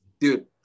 dude